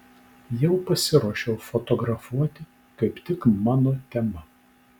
jau pasiruošiau fotografuoti kaip tik mano tema